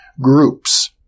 groups